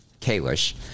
Kalish